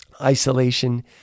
isolation